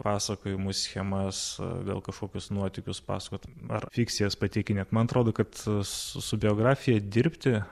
pasakojimus schemas vėl kažkokius nuotykius pasakot ar fikcijas pateikinėt man atrodo kad su su biografija dirbti